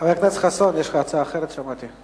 חבר הכנסת חסון, יש לך הצעה אחרת, שמעתי.